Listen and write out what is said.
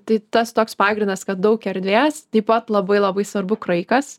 tai tas toks pagrindas kad daug erdvės taip pat labai labai svarbu kraikas